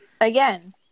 again